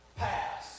pass